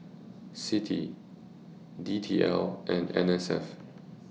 CITI D T L and N S F